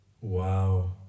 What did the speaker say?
Wow